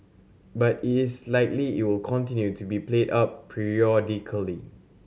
but it is likely it will continue to be played up periodically